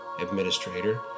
administrator